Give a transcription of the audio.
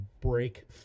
break